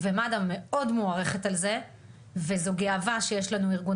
ומד"א מאוד מוערכת על זה וזו גאווה שיש לנו ארגון